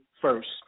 first